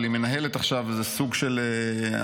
אבל היא מנהלת עכשיו איזה סוג של עמותה